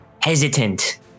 hesitant